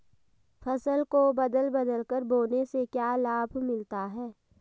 फसल को बदल बदल कर बोने से क्या लाभ मिलता है?